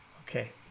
Okay